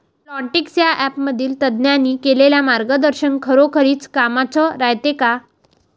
Plantix या ॲपमधील तज्ज्ञांनी केलेली मार्गदर्शन खरोखरीच कामाचं रायते का?